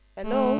Hello